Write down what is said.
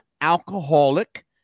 alcoholic